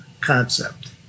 concept